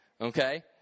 okay